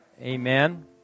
Amen